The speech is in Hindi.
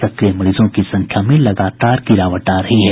सक्रिय मरीजों की संख्या में लगातार गिरावट आ रही है